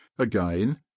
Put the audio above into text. again